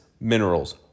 minerals